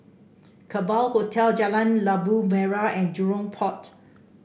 Kerbau Hotel Jalan Labu Merah and Jurong Port